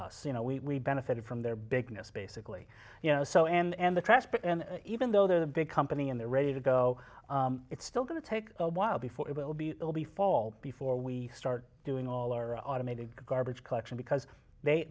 us you know we benefited from their bigness basically you know so and the craft and even though they're the big company and they're ready to go it's still going to take a while before it will be all be fall before we start doing all our automated garbage collection because they